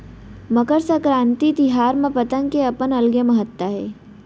मकर संकरांति तिहार म पतंग के अपन अलगे महत्ता हे